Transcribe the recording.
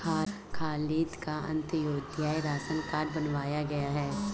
खालिद का Antyodaya ration card बन गया है